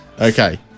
okay